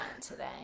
today